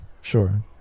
sure